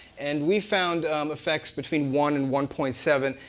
and we found effects between one and one point seven,